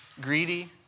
greedy